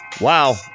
Wow